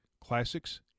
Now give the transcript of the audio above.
classics